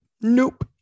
nope